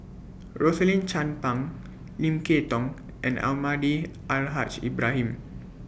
Rosaline Chan Pang Lim Kay Tong and Almahdi Al Haj Ibrahim